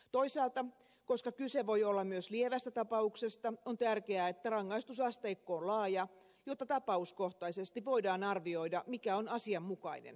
toisaalta koska kyse voi olla myös lievästä tapauksesta on tärkeää että rangaistusasteikko on laaja jotta tapauskohtaisesti voidaan arvioida mikä on asianmukainen rangaistus